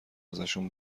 ازشون